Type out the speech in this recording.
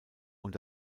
und